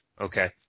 Okay